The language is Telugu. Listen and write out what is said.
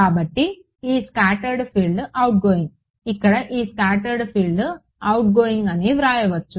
కాబట్టి ఇక్కడ ఈ స్కాటర్డ్ ఫీల్డ్ అవుట్గోయింగ్ ఇక్కడ ఈ స్కాటర్డ్ ఫీల్డ్ అవుట్గోయింగ్ అని వ్రాయవచ్చు